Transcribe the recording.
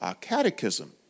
catechism